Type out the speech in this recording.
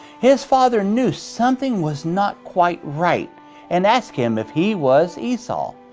his father knew something was not quite right and asked him if he was esau.